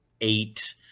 eight